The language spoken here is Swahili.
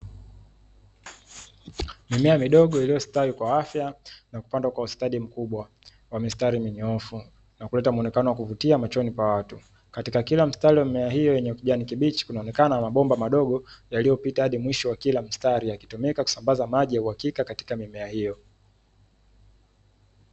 Mimea midogo iliyo stawi kwa afya na pandwa kwa ustadi mkubwa kwa mistari minyoofu na kuleta muonekano wa kuvutia machoni pa watu, katika kila mistari ya mimea hiyo wenye kijani kibichi kuna onekana mabomba madogo yaliyopita hadi mwisho wa kila mstari yakitumika kusambaza ya uhakika katika mimea hiyo.